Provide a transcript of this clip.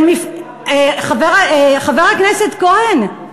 של מפלגת, חבר הכנסת כהן,